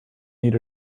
need